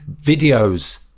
videos